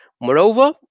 Moreover